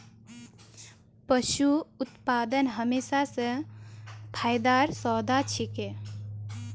पशू उत्पादन हमेशा स फायदार सौदा छिके